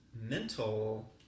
mental